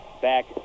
back